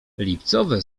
lipcowe